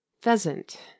Pheasant